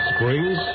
Springs